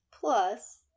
plus